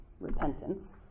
repentance